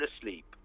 asleep